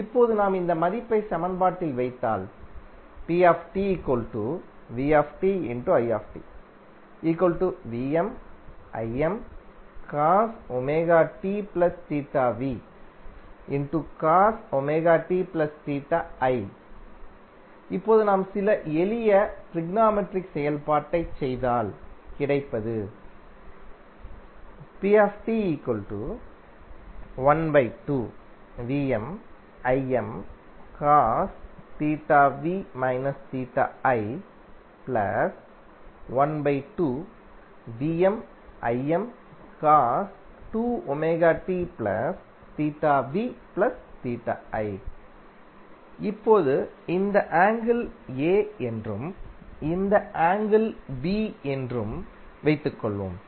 இப்போது நாம் இந்த மதிப்பை சமன்பாட்டில் வைத்தால் இப்போது நாம் சில எளிய ட்ரிக்னோமெட்ரிக் செயல்பாட்டைச் செய்தால் கிடைப்பது இப்போது இந்த ஆங்கிள் A என்றும் இந்த ஆங்கிள் B என்றும் வைத்துக் கொள்வோம்